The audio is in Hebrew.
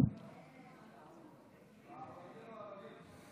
בעוונותינו הרבים.